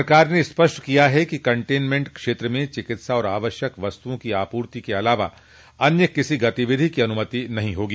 सरकार ने स्पष्ट किया है कि कंटन्मेंट क्षेत्र में चिकित्सा और आवश्यक वस्त्रओं की आपूर्ति के अलावा अन्य किसी गतिविधि की अनुमति नहीं होगी